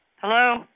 Hello